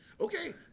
Okay